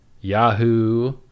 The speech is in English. Yahoo